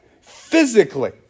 physically